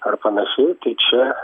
ar panašiai tai čia